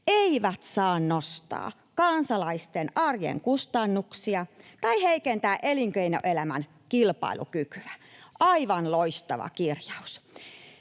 eivät saa nostaa kansalaisten arjen kustannuksia tai heikentää elinkeinoelämän kilpailukykyä — aivan loistava kirjaus.